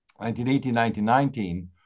1918-1919